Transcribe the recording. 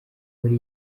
muri